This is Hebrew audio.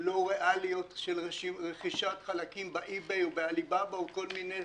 לא ריאליות של רכישת חלקים באיביי או באליבאבא או בכל מיני ספקים.